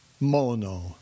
Mono